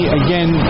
again